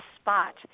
spot